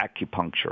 acupuncture